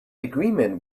agreement